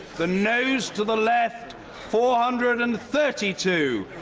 the no's to the left four hundred and thirty two,